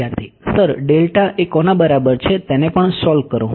વિદ્યાર્થી sir delta એ કોના બરાબર છે તેને પણ સોલ્વ કરો